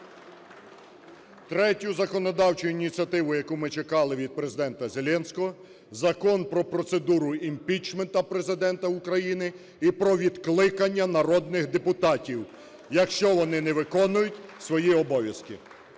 Третю законодавчу ініціативу, яку ми чекали від Президента Зеленського, – Закон про процедуру імпічменту Президента України і про відкликання народних депутатів, якщо вони не виконують свої обов'язки.